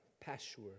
Pashur